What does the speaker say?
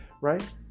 right